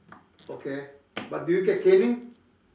okay but do you get caning